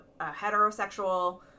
heterosexual